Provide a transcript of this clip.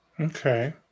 Okay